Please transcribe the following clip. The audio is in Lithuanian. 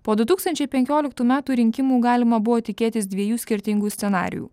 po du tūkstančiai penkioliktų metų rinkimų galima buvo tikėtis dviejų skirtingų scenarijų